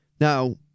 Now